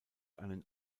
einen